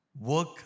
work